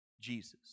Jesus